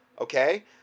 Okay